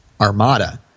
armada